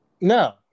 No